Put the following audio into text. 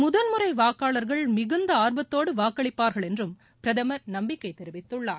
முதன்முறை வாக்காளர்கள் மிகுந்த ஆர்வத்தோடு வாக்களிப்பார்கள் என்றும் பிரதமர் நம்பிக்கை தெரிவித்துள்ளார்